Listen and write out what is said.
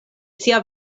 sia